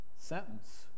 sentence